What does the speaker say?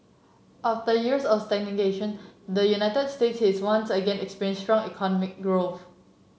after years of stagnation the United States is once again experiencing strong economic growth